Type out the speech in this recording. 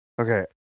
Okay